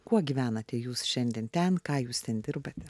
kuo gyvenate jūs šiandien ten ką jūs ten dirbate